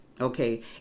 Okay